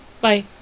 Bye